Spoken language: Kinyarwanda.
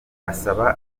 asaba